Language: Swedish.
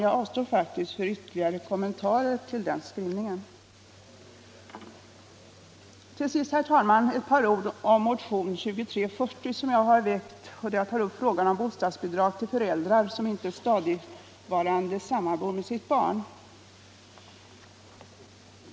Jag avstår faktiskt från ytterligare kommentarer till den skrivningen. Till sist, herr talman, ett par ord om min motion 2340, där jag tar upp frågan om bostadsbidrag till föräldrar som inte stadigvarande sammanbor med sitt barn.